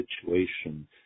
situation